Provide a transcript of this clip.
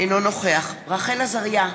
אינו נוכח רחל עזריה,